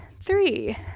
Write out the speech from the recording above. three